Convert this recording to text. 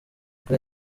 kuri